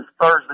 Thursday